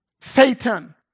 Satan